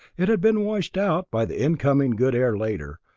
it had been washed out by the incoming good air later,